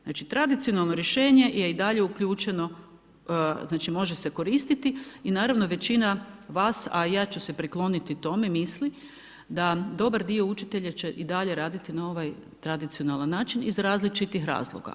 Znači tradicionalno rješenje je i dalje uključeno, znači može se koristiti i naravno većina vas a i ja ću se prikloniti tome misli da i dobar dio učitelja će i dalje raditi na ovaj tradicionalan način iz različitih razloga.